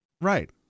right